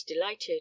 delighted